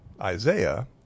Isaiah